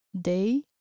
day